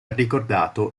ricordato